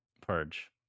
purge